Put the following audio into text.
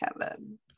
Kevin